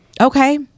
Okay